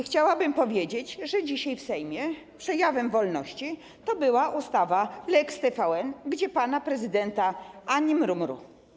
Chciałabym powiedzieć, że dzisiaj w Sejmie przejawem wolności była ustawa lex TVN, gdzie pan prezydent ani mru mru.